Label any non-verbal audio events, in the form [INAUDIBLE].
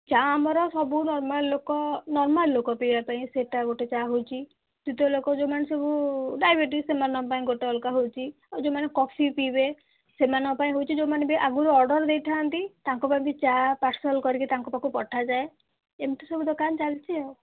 ଚା' ଆମର ସବୁ ନର୍ମାଲ ଲୋକ ନର୍ମାଲ ଲୋକ ପିଇବା ପାଇଁ ସେଇଟା ଗୋଟେ ଚା' ହେଉଛି [UNINTELLIGIBLE] ଲୋକ ଯେଉଁମାନେ ସବୁ ଡାଇବେଟିସ୍ ସେମାନଙ୍କ ପାଇଁ ଗୋଟେ ଅଲଗା ହେଉଛି ଆଉ ଯେଉଁମାନେ କଫି ପିଇବେ ସେମାନଙ୍କ ପାଇଁ ବି ହେଉଛି ଯେଉଁମାନେ ବି ଆଗରୁ ଅର୍ଡ଼ର ଦେଇଥାନ୍ତି ତାଙ୍କ ପାଇଁ ବି ଚା' ପାର୍ସଲ କରିକି ତାଙ୍କ ପାଖକୁ ପଠାଯାଏ ଏମିତି ସବୁ ଦୋକାନ ଚାଲିଛି ଆଉ